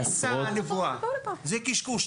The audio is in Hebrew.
זה קשקוש,